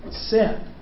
Sin